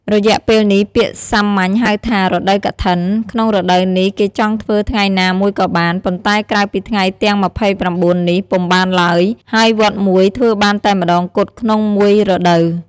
រយៈពេលនេះ ពាក្យសាមញ្ញហៅថា រដូវកឋិន ក្នុង រដូវនេះគេចង់ធ្វើថ្ងៃណាមួយក៏បាន ប៉ុន្តែក្រៅពីថ្ងៃទាំង២៩នេះពុំបានឡើយ ហើយវត្តមួយធ្វើបានតែម្តងគត់ក្នុងមួយរដូវ។